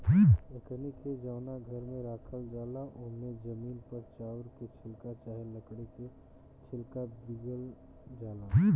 एकनी के जवना घर में राखल जाला ओमे जमीन पर चाउर के छिलका चाहे लकड़ी के छिलका बीगल जाला